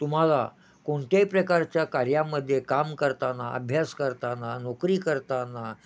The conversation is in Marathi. तुम्हाला कोणत्याही प्रकारच्या कार्यामध्ये काम करताना अभ्यास करताना नोकरी करताना